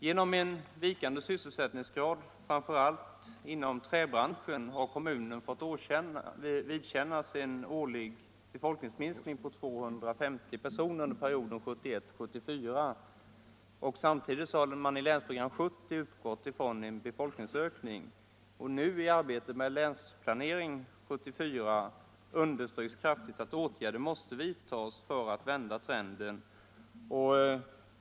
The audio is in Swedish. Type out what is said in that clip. Genom vikande sysselsättningsgrad, inte minst inom träbranschen, har kommunen fått vidkännas en årlig befolkningsminskning på 250 personer under perioden 1971-1974, medan Länsprogram 70 utgått från en befolkningsökning. I arbetet med länsplaneringen 1974 understryks kraftigt att åtgärder måste vidtagas för att vända trenden.